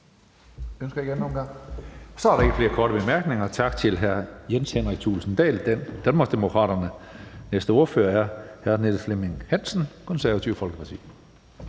Der er ikke flere korte bemærkninger. Tak til hr. Jens Henrik Thulesen Dahl, Danmarksdemokraterne. Den næste ordfører er hr. Niels Flemming Hansen, Det Konservative Folkeparti.